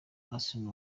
arsene